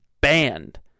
banned